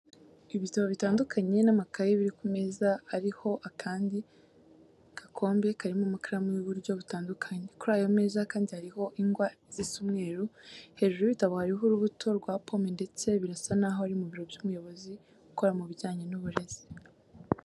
Ibitabo bitanduaknye n'amakayi biri ku meza ariho akandi gakombe karimo amakaramu y'uburyo butandukanye. Kuri ayo meza kandi hariho ingwa zisa umweru. Hejuru y'ibitabo hariho urubuto rwa pome ndetse birasa n'aho ari mu biro by'umuyobozi ukora mu bijyanye n'uburezi.